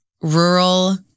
rural